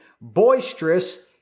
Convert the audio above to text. boisterous